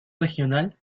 regional